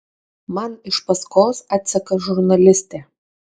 man iš paskos atseka žurnalistė